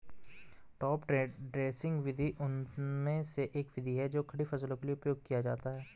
top dressing विधि उनमें से एक विधि है जो खड़ी फसलों के लिए उपयोग किया जाता है